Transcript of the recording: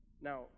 Now